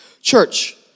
Church